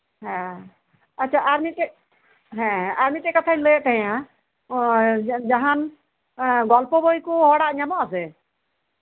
ᱦᱮᱸ ᱟᱪᱪᱷᱟ ᱟᱨ ᱢᱤᱫᱴᱮᱡ ᱠᱟᱛᱷᱟᱧ ᱞᱟᱹᱭᱮᱫ ᱛᱟᱦᱮᱸᱱᱟ ᱚ ᱡᱟᱦᱟᱸᱱ ᱜᱚᱞᱯᱚ ᱵᱳᱭ ᱠᱚ ᱦᱚᱲᱟᱜ ᱧᱟᱢᱚᱜ ᱟᱥᱮ